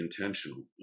intentional